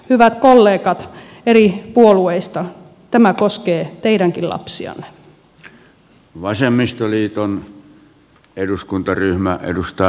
hyvät kollegat eri puolueista tämä koskee teidänkin lapsianne